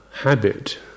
habit